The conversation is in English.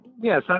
yes